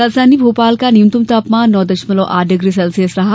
राजधानी भोपाल का न्यूनतम तापमान नौ दशमलव आठ डिग्री सेल्सियस रहा